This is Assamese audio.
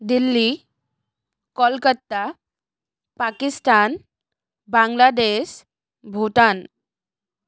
দিল্লী কলিকাতা পাকিস্তান বাংলাদেশ ভূটান